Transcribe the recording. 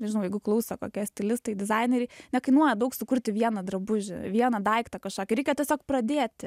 nežinau jeigu klauso kokie stilistai dizaineriai nekainuoja daug sukurti vieną drabužį vieną daiktą kažkokį reikia tiesiog pradėti